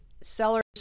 sellers